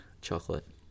chocolate